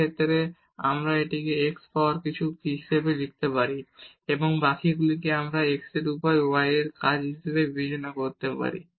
এই ক্ষেত্রেও আমরা এটিকে x পাওয়ার কিছু হিসাবে লিখতে পারি এবং বাকীগুলিকে আমরা x এর উপর y এর কাজ হিসাবে বিবেচনা করতে পারি